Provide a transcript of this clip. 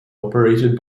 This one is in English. operated